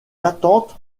attentes